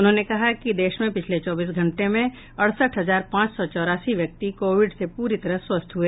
उन्होंने कहा कि देश में पिछले चौबीस घंटे में अड़सठ हजार पांच सौ चौरासी व्यक्ति कोविड से पूरी तरह स्वस्थ हुए